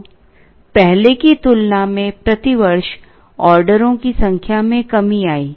तो पहले की तुलना में प्रति वर्ष ऑर्डरों की संख्या में कमी आई